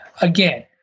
Again